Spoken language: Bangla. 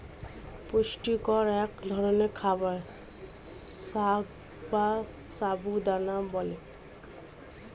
পুষ্টিকর এক ধরনের খাবার সাগু বা সাবু দানা বলে